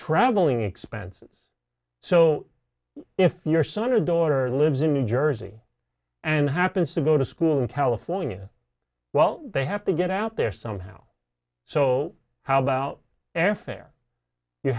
travelling expenses so if your son or daughter lives in new jersey and happens to go to school in california well they have to get out there somehow so how about f air